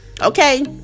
okay